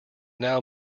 now